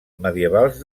medievals